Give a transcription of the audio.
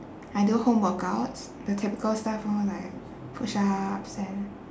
I do home workouts the typical stuff lor like push-ups and